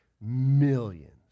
Millions